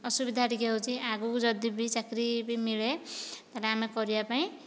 ଅସୁବିଧା ଟିକେ ହେଉଛି ଆଗକୁ ଯଦି ବି ଚାକିରୀ ବି ମିଳେ ତାହେଲେ ଆମେ କରିବା ପାଇଁ